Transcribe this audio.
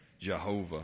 Jehovah